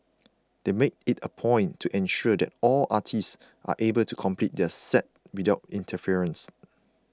they make it a point to ensure that all artists are able to complete their sets without interference